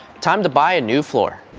time to buy a new floor!